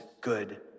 good